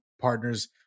partners